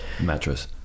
mattress